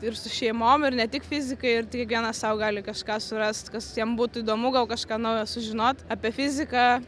ir su šeimom ir ne tik fizikai ir tai kiekvienas sau gali kažką surast kas jam būtų įdomu gal kažką naujo sužinot apie fiziką